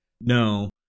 No